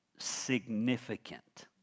significant